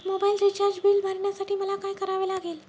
Mobile recharge bill भरण्यासाठी मला काय करावे लागेल?